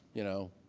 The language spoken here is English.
you know,